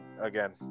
again